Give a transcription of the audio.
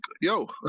yo